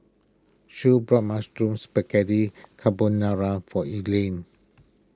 Shae bought Mushroom Spaghetti Carbonara for Elaine